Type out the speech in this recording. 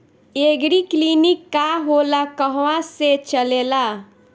एगरी clinic का होला कहवा से चलेँला?